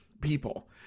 people